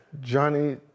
Johnny